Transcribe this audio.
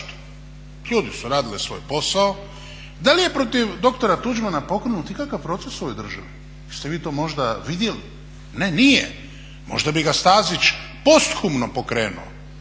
Ljudi su radili svoj posao. Da li je protiv dr. Tuđmana pokrenut ikakav proces u ovoj državi? Jeste vi to možda vidjeli? Ne, nije. Možda bi ga Stazić posthumno pokrenuo,